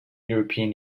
european